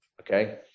okay